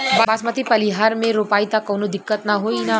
बासमती पलिहर में रोपाई त कवनो दिक्कत ना होई न?